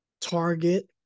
target